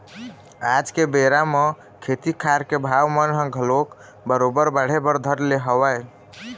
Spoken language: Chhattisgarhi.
आज के बेरा म खेती खार के भाव मन ह घलोक बरोबर बाढ़े बर धर ले हवय